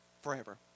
forever